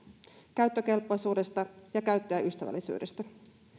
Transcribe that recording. käyttökelpoisuudesta ja käyttäjäystävällisyydestä